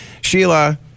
Sheila